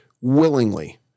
willingly